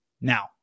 now